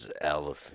elephant